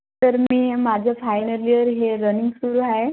तर मी माझं फायनल इयर हे रनिंग सुरू आहे